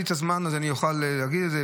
אז אם יהיה לי את הזמן אוכל לדבר על זה,